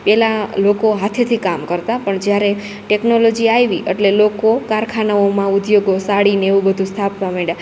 પેલા લોકો હાથેથી કામ કરતાં પણ જ્યારે ટેકનોલોજી આયવી એટલે લોકો કારખાનાઓમાં ઉધ્યોગો સાડીને એવું બધુ સ્થાપવા મંડ્યા